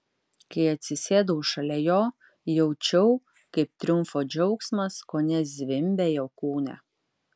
kai atsisėdau šalia jo jaučiau kaip triumfo džiaugsmas kone zvimbia jo kūne